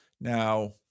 Now